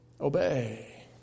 obey